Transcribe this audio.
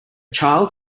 child